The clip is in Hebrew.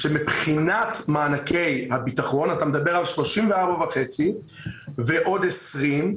מבחינת מענקי הביטחון אתה מדבר על 34,5 ועוד 20,